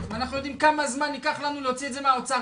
ואנחנו יודעים לצערי כמה זמן ייקח לנו להוציא את זה מהאוצר.